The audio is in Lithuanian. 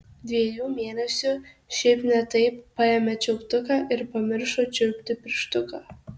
dviejų mėnesių šiaip ne taip paėmė čiulptuką ir pamiršo čiulpti pirštuką